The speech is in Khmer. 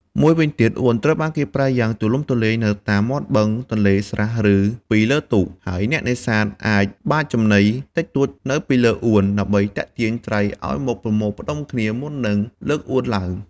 មួយវិញទៀត អួនត្រូវបានគេប្រើយ៉ាងទូលំទូលាយនៅតាមមាត់បឹង ទន្លេ ស្រះ ឬពីលើទូក ហើយអ្នកនេសាទអាចបាចចំណីតិចតួចនៅពីលើអួន ដើម្បីទាក់ទាញត្រីឲ្យមកប្រមូលផ្តុំគ្នា មុននឹងលើកអួនឡើង។